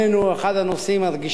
אחד הנושאים הרגישים ביותר.